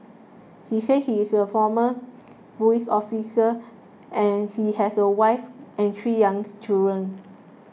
he said he is a former police officer and he has a wife and three young children